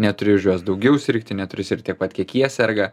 neturi už juos daugiau sirgti neturi sirgt tiek pat kiek jie serga